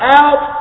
out